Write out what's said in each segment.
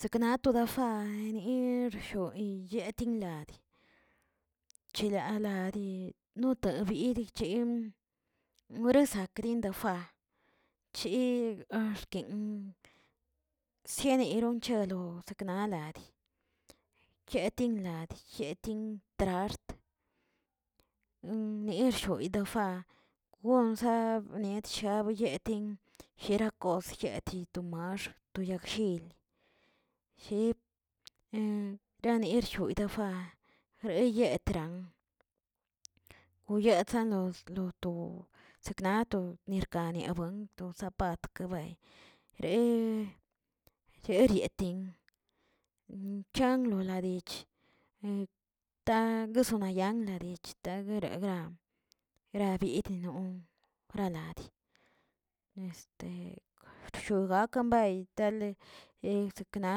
Zekna toda fay nirjo yetinladi, chila ladi nota biedigchi wresakrindaafa bchi orkin sienerin chelo gnaladi, yetin ladi yetin laxt nershoid defa gonza bietsha yetin jierakos yetitomax biyakshil ji yanirjoidafa jeyetran, goyetsanloz lo to sekna to kania buen sapat kebay re yerietin changlo ladich egtan ezonayan dich taguegagra, grabid no wraladi este shugakan bay tale eksakna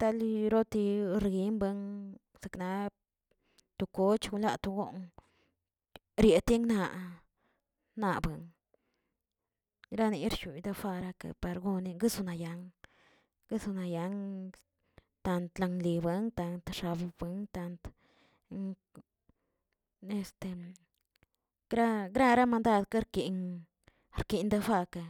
tali roti rremba sakna to koch wla to goon rietin naꞌ nabuen, niarshoy de fara para gone guesonayan- guesonayan tantladi wen tantl xababwen tant gra- grara mandad rkin arkin defakə.